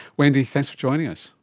wendy, thanks for joining us.